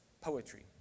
poetry